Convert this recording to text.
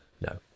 no